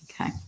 Okay